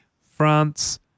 France